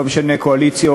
לא משנה קואליציה,